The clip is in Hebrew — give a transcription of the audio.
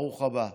ברוך הבא.